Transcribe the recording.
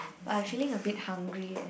but I feeling a bit hungry eh